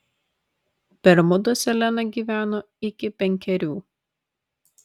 bermuduose lena gyveno iki penkerių